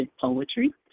poetry